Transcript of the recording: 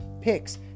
picks